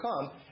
come